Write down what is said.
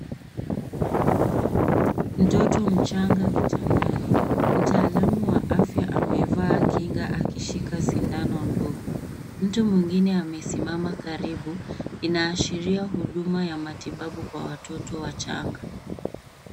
Mtoto mchanga kitandani. Mtaalamu wa afya amevaa kinga akishika sindano ndogo. Mtu mwingine amesimama karibu inaashiria huduma ya matibabu kwa watoto wachanga.